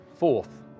Fourth